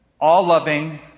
all-loving